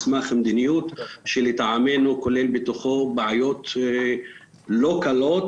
מסמך מדיניות שלטעמנו כולל בתוכו בעיות לא קלות